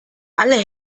alle